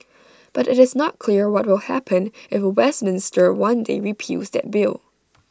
but IT is not clear what will happen if Westminster one day repeals that bill